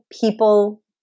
people